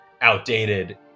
outdated